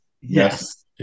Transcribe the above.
yes